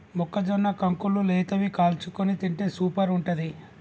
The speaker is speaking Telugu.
మొక్కజొన్న కంకులు లేతవి కాల్చుకొని తింటే సూపర్ ఉంటది